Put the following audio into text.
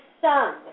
son